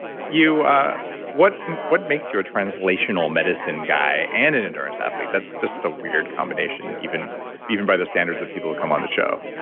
what what makes you a translational medicine guy and an endurance athlete? that's just a weird combination even even by the standards that people have come on the show